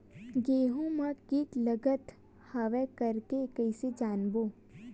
गेहूं म कीट लगत हवय करके कइसे जानबो?